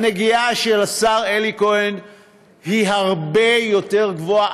הנגיעה של השר אלי כהן היא הרבה יותר גבוהה,